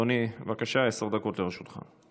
אדוני, בבקשה, עשר דקות לרשותך.